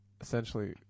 essentially